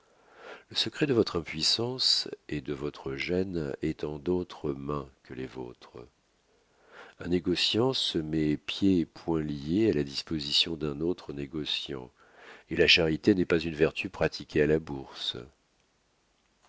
le secret de votre impuissance et de votre gêne est en d'autres mains que les vôtres un négociant se met pieds et poings liés à la disposition d'un autre négociant et la charité n'est pas une vertu pratiquée à la bourse